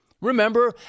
Remember